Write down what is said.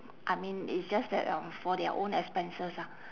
I mean it's just that um for their own expenses ah